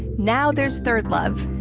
now there's third love,